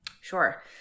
Sure